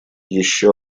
еще